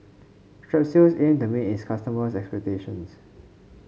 strepsils aims to meet its customers' expectations